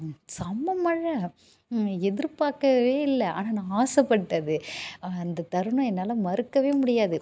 செம்ம மழை எதிர்பார்க்கவே இல்லை ஆனால் நான் ஆசைப்பட்டது அந்த தருணம் என்னால் மறக்கவே முடியாது